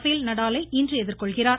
பேல் நடாலை இன்று எதிர்கொள்கிறார்